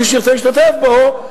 מי שירצה להשתתף בו,